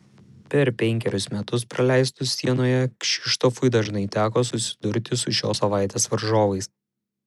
per penkerius metus praleistus sienoje kšištofui dažnai teko susidurti su šios savaitės varžovais